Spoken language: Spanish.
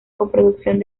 coproducción